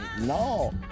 No